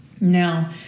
Now